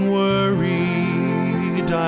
worried